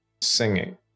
singing